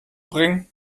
bringen